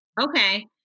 Okay